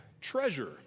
treasure